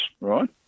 right